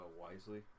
wisely